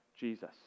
Jesus